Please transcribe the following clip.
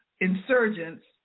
insurgents